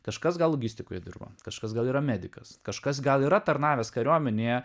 kažkas gal logistikoje dirba kažkas gal yra medikas kažkas gal yra tarnavęs kariuomenėje